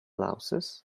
louses